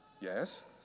yes